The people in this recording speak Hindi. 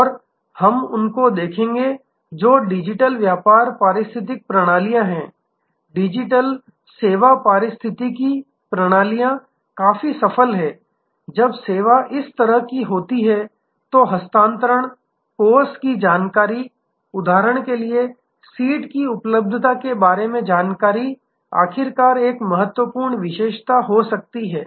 और हम उनको देखेंगे जो डिजिटल व्यापार पारिस्थितिकी प्रणालियां हैं डिजिटल सेवा पारिस्थितिकी प्रणालियां काफी सफल हैं जब सेवा इस तरह की होती है तो हस्तांतरण कोर्स की जानकारी उदाहरण के लिए सीट की उपलब्धता के बारे में जानकारी आखिरकार एक महत्वपूर्ण विशेषता हो सकती है